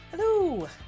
Hello